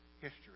history